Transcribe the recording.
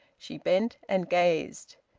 she bent and gazed.